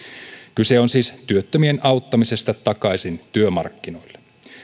kyse on siis työttömien auttamisesta takaisin työmarkkinoille